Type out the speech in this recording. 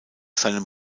seinem